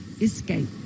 escape